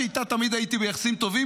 שאיתה תמיד הייתי ביחסים טובים,